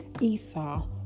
Esau